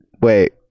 Wait